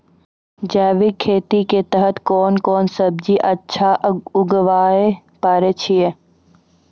जैविक खेती के तहत कोंन कोंन सब्जी अच्छा उगावय पारे छिय?